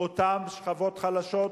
אותן שכבות חלשות,